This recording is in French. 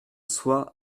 soi